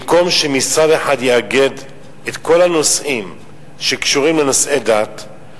במקום שמשרד אחד יאגד את כל הנושאים שקשורים לנושאי דת,